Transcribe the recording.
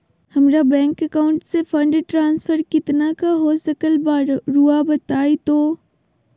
हमरा bank account से fund transfer कितना का हो सकल बा रुआ बताई तो?